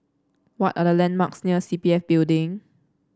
what are the landmarks near C P F Building